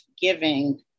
giving